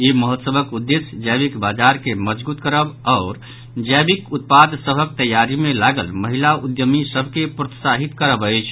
ई महोत्सवक उदेश्य जैविक बाजार के मजगूत करब आओर जैविक उत्पाद सभक तैयारी मे लागल महिला उद्यमी सभ के प्रोत्साहित करब अछि